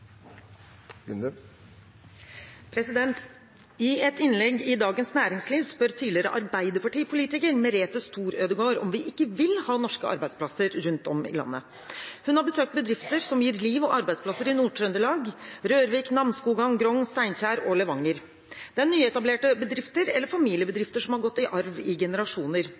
norske arbeidsplasser rundt om i landet. Hun har besøkt bedrifter som gir liv og arbeidsplasser i Nord-Trøndelag – Rørvik, Namsskogan, Grong, Steinkjer og Levanger. Det er nyetablerte bedrifter eller familiebedrifter som har gått i arv i generasjoner.